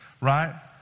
right